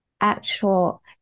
actual